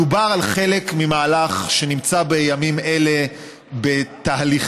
מדובר על חלק ממהלך שנמצא בימים אלה בתהליכים